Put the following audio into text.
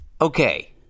Okay